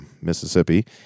Mississippi